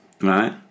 right